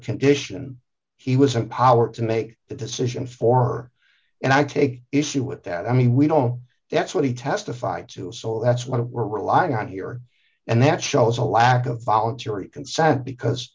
condition he was a power to make that decision for her and i take issue with that i mean we don't know that's what he testified to so that's what we're relying on here and that shows a lack of voluntary consent because